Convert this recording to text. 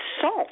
salt